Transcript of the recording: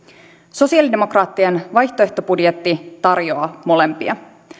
sosialidemokraattien vaihtoehtobudjetti tarjoaa molempia